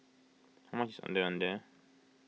how much is Ondeh Ondeh